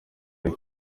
riri